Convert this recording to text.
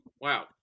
Wow